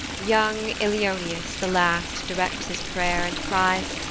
young ilioneus, the last, directs his pray'r, and cries,